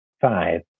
Five